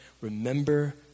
remember